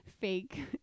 fake